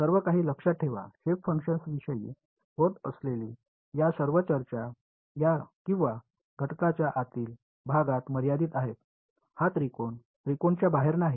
सर्व काही लक्षात ठेवा शेप फंक्शन्स विषयी होत असलेली या सर्व चर्चा या किंवा घटकाच्या आतील भागात मर्यादित आहेत हा त्रिकोण त्रिकोणाच्या बाहेर नाही